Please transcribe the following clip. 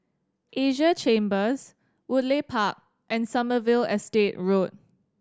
Asia Chambers Woodleigh Park and Sommerville Estate Road